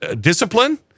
discipline